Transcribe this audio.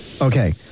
Okay